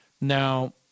Now